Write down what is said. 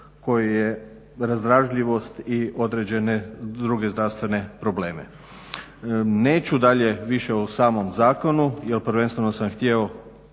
koji je razdražljivost i određene druge zdravstvene probleme. Neću dalje više o samom zakonu jer prvenstveno sam htio